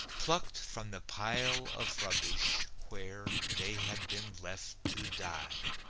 plucked from the pile of rubbish, where they had been left to die.